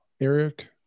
Eric